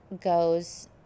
goes